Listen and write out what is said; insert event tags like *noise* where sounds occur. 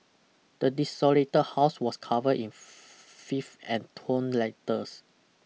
the desolated house was cover in *noise* fifth and torn letters